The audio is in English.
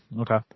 Okay